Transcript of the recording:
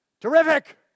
Terrific